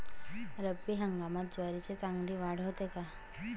रब्बी हंगामात ज्वारीची चांगली वाढ होते का?